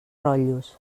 rotllos